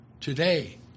today